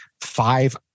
five